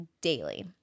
daily